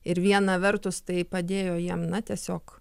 ir viena vertus tai padėjo jiem na tiesiog